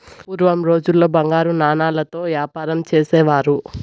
పూర్వం రోజుల్లో బంగారు నాణాలతో యాపారం చేసేవారు